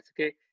okay